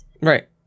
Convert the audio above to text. Right